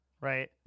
right